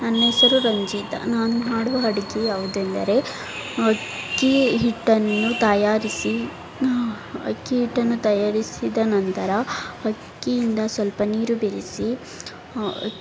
ನನ್ನ ಹೆಸ್ರು ರಂಜಿತ ನಾನು ಮಾಡುವ ಅಡ್ಗೆ ಯಾವುದೆಂದರೆ ಅಕ್ಕಿ ಹಿಟ್ಟನ್ನು ತಯಾರಿಸಿ ಅಕ್ಕಿ ಹಿಟ್ಟನ್ನು ತಯಾರಿಸಿದ ನಂತರ ಅಕ್ಕಿಯಿಂದ ಸ್ವಲ್ಪ ನೀರು ಬೆರೆಸಿ